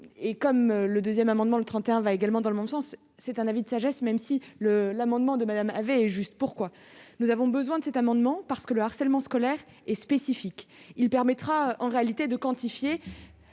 et comme le 2ème amendement le 31 va également dans le même sens, c'est un avis de sagesse, même si le l'amendement de Madame avait juste pourquoi nous avons besoin de cet amendement parce que le harcèlement scolaire et spécifique, il permettra en réalité de quantifier